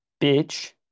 bitch